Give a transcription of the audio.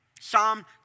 Psalm